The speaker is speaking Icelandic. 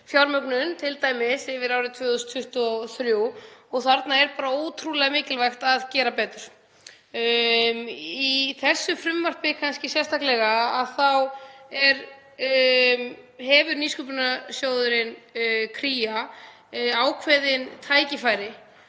fjármögnun t.d. yfir árið 2023, og þarna er bara ótrúlega mikilvægt að gera betur. Í þessu frumvarpi sérstaklega þá hefur Nýsköpunarsjóðurinn Kría ákveðin tækifæri